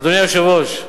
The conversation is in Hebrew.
אדוני היושב-ראש,